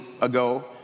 ago